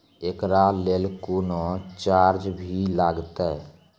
एकरा लेल कुनो चार्ज भी लागैये?